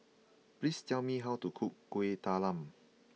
please tell me how to cook Kuih Talam